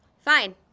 Fine